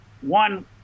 one